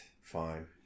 fine